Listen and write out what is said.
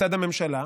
מצד הממשלה,